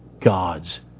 God's